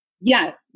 Yes